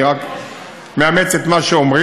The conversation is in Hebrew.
אני רק מאמץ את מה שאומרים.